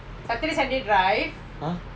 !huh!